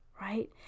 right